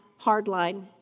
hardline